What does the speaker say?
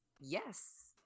Yes